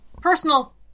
personal